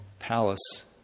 palace